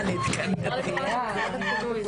הבינוי,